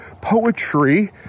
poetry